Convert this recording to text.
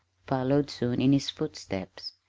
followed soon in his footsteps.